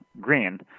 green